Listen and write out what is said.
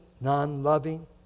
non-loving